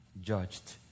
judged